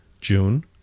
June